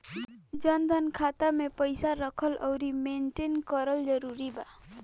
जनधन खाता मे पईसा रखल आउर मेंटेन करल जरूरी बा?